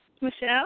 Michelle